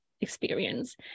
experience